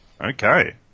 Okay